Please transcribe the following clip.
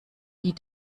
die